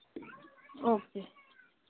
okay